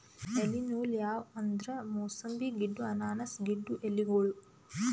ಎಲಿ ನೂಲ್ ಯಾವ್ ಅಂದ್ರ ಮೂಸಂಬಿ ಗಿಡ್ಡು ಅನಾನಸ್ ಗಿಡ್ಡು ಎಲಿಗೋಳು